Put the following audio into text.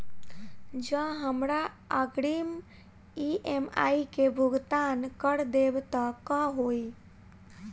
जँ हमरा अग्रिम ई.एम.आई केँ भुगतान करऽ देब तऽ कऽ होइ?